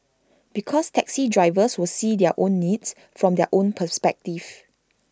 because taxi drivers will see their own needs from their own perspective